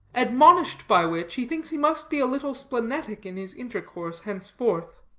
admonished by which, he thinks he must be a little splenetic in his intercourse henceforth.